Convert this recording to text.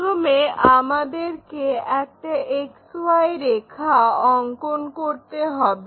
প্রথমে আমাদেরকে একটা XY রেখা অঙ্কন করতে হবে